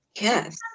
Yes